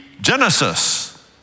genesis